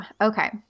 Okay